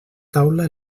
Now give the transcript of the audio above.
taula